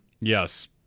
Yes